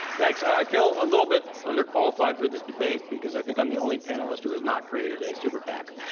thanks. i feel a little bit under qualified for this debate because i think i'm the only panelist who has not created a super pac.